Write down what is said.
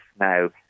now